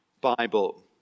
Bible